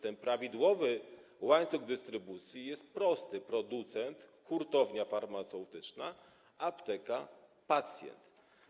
Ten prawidłowy łańcuch dystrybucji jest prosty: producent - hurtownia farmaceutyczna - apteka - pacjent.